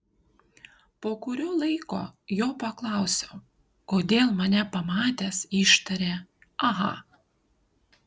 po kurio laiko jo paklausiau kodėl mane pamatęs ištarė aha